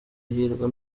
ihirwe